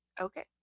okay